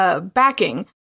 backing